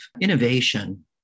innovation